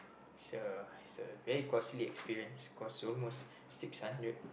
so so a very costly experience cost almost six hundred